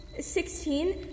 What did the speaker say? sixteen